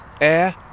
air